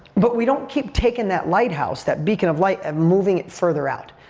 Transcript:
but we don't keep taking that lighthouse, that beacon of light and moving it further out.